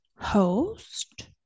host